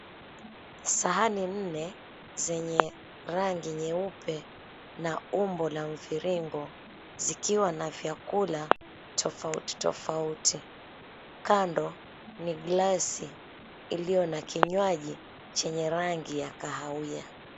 Sahani nne zenye rangi nyeupe na umbo la mviringo zikiwa na vyakula tofauti tofauti. Kando ni glass iliyo na kinywaji chenye rangi ya kahawia.